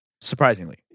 Surprisingly